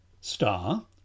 Star